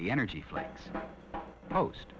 the energy flex post